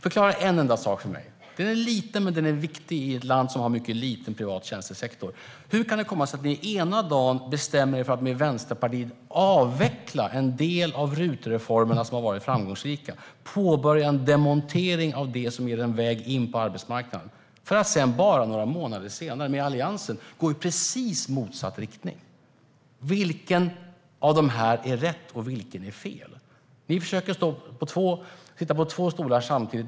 Förklara en enda sak för mig - den är liten men väldigt viktig i ett land som har en mycket liten privat tjänstesektor: Hur kan det komma sig att ni ena dagen bestämmer er för att med Vänsterpartiet avveckla en del av RUT-reformerna, som har varit framgångsrika, och påbörja en demontering av det som ger en väg in på arbetsmarknaden, för att sedan bara några månader senare med Alliansen gå i precis motsatt riktning? Vilken av dessa är rätt, och vilken är fel? Ni försöker sitta på två stolar samtidigt.